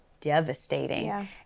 devastating